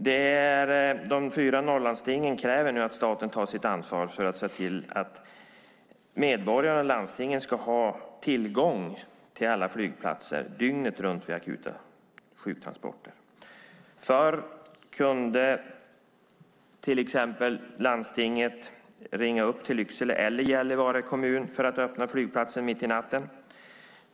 De fyra norrlandstingen kräver nu att staten tar sitt ansvar för att se till medborgarna i landstingen ska ha tillgång till alla flygplatser dygnet runt vid akuta sjuktransporter. Förut kunde till exempel landstinget ringa upp till Lycksele eller Gällivare för att öppna flygplatsen mitt i natten.